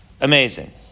Amazing